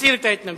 מסיר את ההתנגדות.